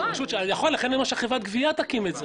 לכן אני אומר שחברת גבייה תקים את זה.